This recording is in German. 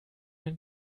man